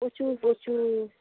প্রচুর প্রচুর